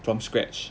from scratch